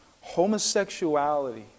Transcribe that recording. Homosexuality